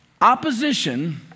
Opposition